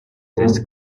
this